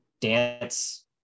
dance